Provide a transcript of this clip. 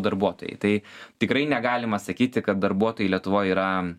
darbuotojai tai tikrai negalima sakyti kad darbuotojai lietuvoj yra